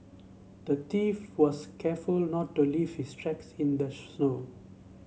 the thief was careful not to leave his tracks in the snow